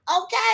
okay